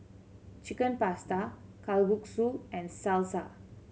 Chicken Pasta Kalguksu and Salsa